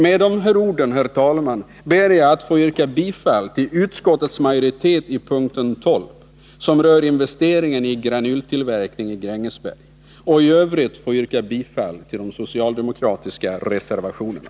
Med dessa ord, fru talman, ber jag att få yrka bifall till utskottsmajoritetens hemställan i punkt 12, som rör investeringen i granultillverkning i Grängesberg, och i övrigt bifall till de socialdemokratiska reservationerna.